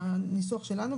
הניסוח שלנו.